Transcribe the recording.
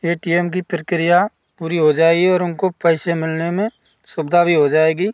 ए T M कि प्रक्रिया पूरी हो जाएगी और हमको पैसे मिलने में सुविधा भी हो जाएगी